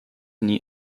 nie